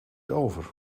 over